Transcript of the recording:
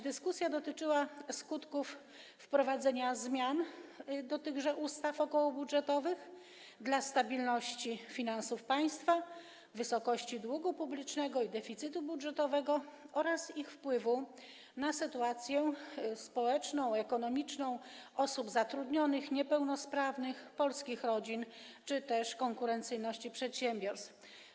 Dyskusja dotyczyła skutków wprowadzenia zmian w tychże ustawach okołobudżetowych dla stabilności finansów państwa, wysokości długu publicznego i deficytu budżetowego oraz wpływu tych zmian na sytuację społeczną i ekonomiczną osób zatrudnionych, niepełnosprawnych, polskich rodzin czy też konkurencyjność przedsiębiorstw.